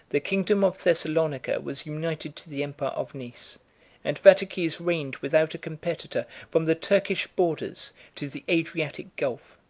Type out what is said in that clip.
the kingdom of thessalonica was united to the empire of nice and vataces reigned without a competitor from the turkish borders to the adriatic gulf.